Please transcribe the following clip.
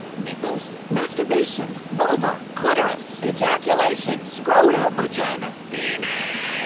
nipples masturbation vulva, clitoris ejaculation scrotum vagina penis